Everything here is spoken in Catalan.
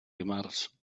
dimarts